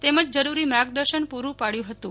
તેમજ જરુરી માર્ગદર્શન પુરું પાડ્યુ હતું